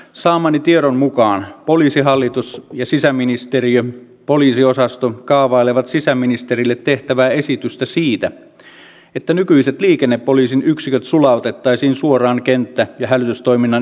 saamani tiedon mukaan poliisihallitus ja sisäministeriön poliisiosasto kaavailevat sisäministerille tehtävää esitystä siitä että nykyiset liikennepoliisin yksiköt sulautettaisiin suoraan kenttä ja hälytystoiminnan yksiköihin